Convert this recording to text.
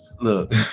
look